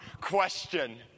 question